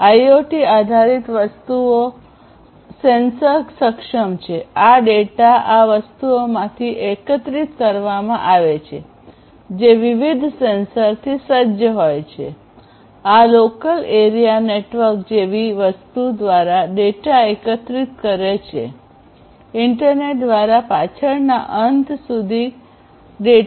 IoT આધારિત વસ્તુઓ sensor સક્ષમ છે આ ડેટા આ વસ્તુઓમાંથી એકત્રિત કરવામાં આવે છે જે વિવિધ સેન્સરથી સજ્જ હોય છે આ લોકલ એરિયા નેટવર્ક જેવી વસ્તુ દ્વારા ડેટા એકત્રિત કરે છે ઇન્ટરનેટ દ્વારા પાછળના અંત સુધી ડેટા